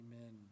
amen